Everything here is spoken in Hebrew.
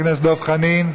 חבר הכנסת דב חנין,